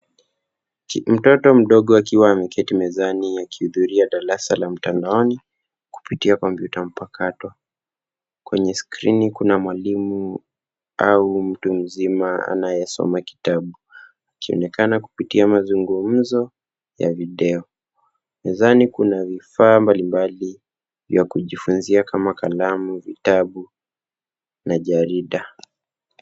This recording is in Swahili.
Mtoto mdogo akiwa ameketi mezani akihudhuria darasa la mtandaoni kupitia kompyuta npakato. Kwenye skrini kuna mwalimu au mtu mzima anayesoma kitabu akionea kupitia mazungumzo ya video. Mezani kuna vifaa mbalimbali vya kujifunzia kama kalamu, vitabu na jarida.